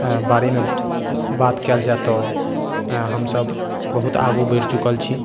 बारेमे बात कयल जाइ तऽ हम सभ बहुत आगू बढ़ि चुकल छी